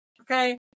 Okay